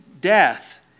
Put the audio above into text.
death